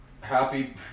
happy